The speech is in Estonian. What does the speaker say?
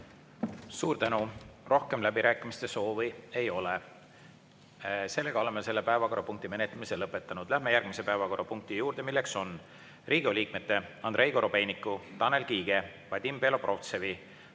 Suur tänu! Rohkem läbirääkimiste soovi ei ole. Oleme selle päevakorrapunkti menetlemise lõpetanud. Lähme järgmise päevakorrapunkti juurde, mis on Riigikogu liikmete Andrei Korobeiniku, Tanel Kiige, Vadim Belobrovtsevi,